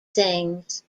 sings